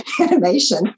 animation